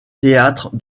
theatre